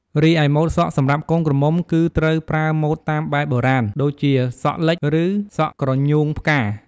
រីឯម៉ូតសក់សម្រាប់កូនក្រមុំគឺត្រូវប្រើម៉ូតតាមបែបបុរាណ ដូចជា សក់លិចឬសក់ក្រញូងផ្កា។